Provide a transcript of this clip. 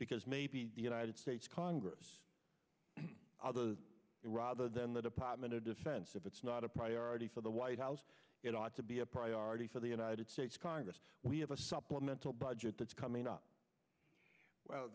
because maybe the united states congress other rather than the department of defense if it's not a priority for the white house it ought to be a priority for the united states congress we have a supply budget that's coming up